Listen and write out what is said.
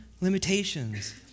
limitations